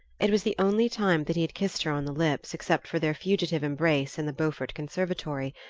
it was the only time that he had kissed her on the lips except for their fugitive embrace in the beaufort conservatory,